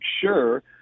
sure